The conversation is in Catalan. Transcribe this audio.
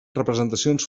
representacions